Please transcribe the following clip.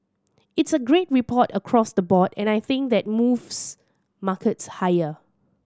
it's a great report across the board and I think that moves markets higher